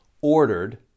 ordered